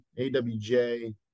AWJ